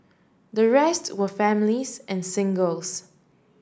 the rest were families and singles